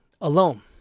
alone